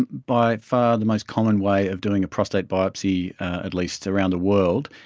and by far the most common way of doing a prostate biopsy, at least around the world,